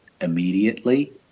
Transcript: immediately